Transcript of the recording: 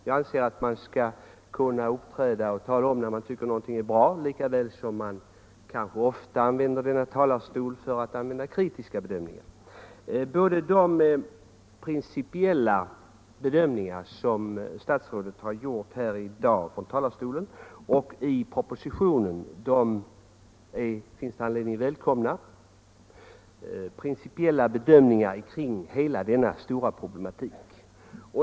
Jag anser att man från denna talarstol skall kunna redovisa att man tycker att något är bra likaväl som man, vilket kanske ofta sker, från den kan framföra kritiska synpunkter. Jag vill framhålla att det finns anledning att välkomna de principiella bedömningar som statsrådet anfört kring hela denna stora problematik både här i dag och i propositionen.